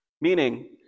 meaning